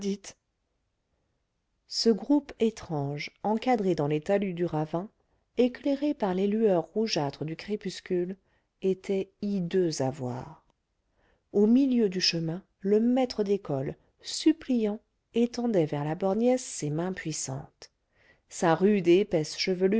ce groupe étrange encadré dans les talus du ravin éclairé par les lueurs rougeâtres du crépuscule était hideux à voir au milieu du chemin le maître d'école suppliant étendait vers la borgnesse ses mains puissantes sa rude et épaisse chevelure